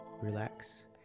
relax